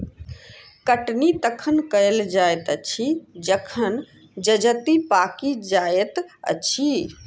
कटनी तखन कयल जाइत अछि जखन जजति पाकि जाइत अछि